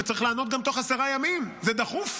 וגם צריך לענות תוך עשרה ימים, זה דחוף.